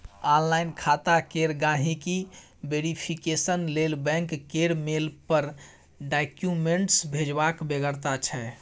online खाता केर गांहिकी वेरिफिकेशन लेल बैंक केर मेल पर डाक्यूमेंट्स भेजबाक बेगरता छै